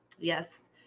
yes